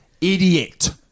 idiot